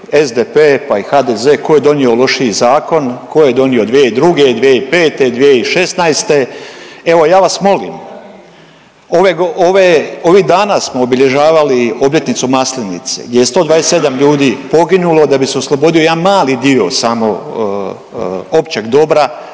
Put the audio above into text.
SDP, pa i HDZ tko je donio lošiji zakon, tko je donio 2002., 2005., 2016. Evo ja vas molim ovih dana smo obilježavali obljetnicu Maslenice gdje je 127 ljudi poginulo da bi se oslobodio jedan mali dio samo općeg dobra,